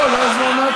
לא, לא היה זמן מהתחלה.